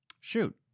Shoot